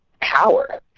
power